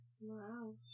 Wow